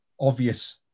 obvious